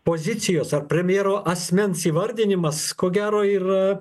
pozicijos ar premjero asmens įvardinimas ko gero yra